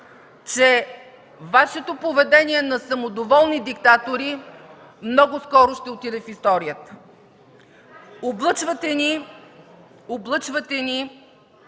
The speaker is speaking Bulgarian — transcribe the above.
че Вашето поведение на самодоволни диктатори много скоро ще отиде в историята. (Смях в КБ и ДПС.) Облъчвате ни